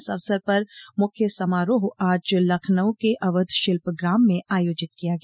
इस अवसर पर मुख्य समारोह आज लखनऊ के अवध शिल्प ग्राम में आयोजित किया गया